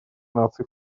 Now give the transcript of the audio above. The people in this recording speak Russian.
наций